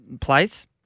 place